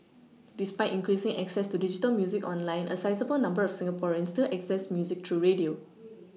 despite increasing access to digital music online a sizeable number of Singaporeans still access music through radio